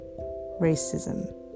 racism